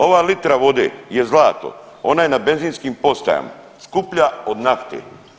Ova litra vode je zlato, ona je na benzinskim postajama skuplja od nafte.